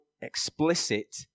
explicit